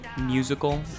musical